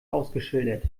ausgeschildert